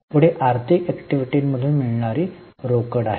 पुढे आर्थिक ऍक्टिव्हिटीांमधून मिळणारी रोकड आहे